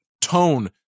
tone